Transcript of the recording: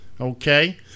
okay